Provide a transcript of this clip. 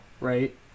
right